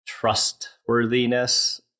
trustworthiness